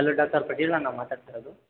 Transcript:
hello doctor ಮಾತಾಡ್ತಿರೋದು